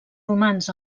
romans